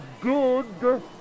good